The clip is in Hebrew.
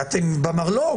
כי אתם במרלו"ג,